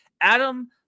Adam